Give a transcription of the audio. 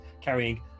carrying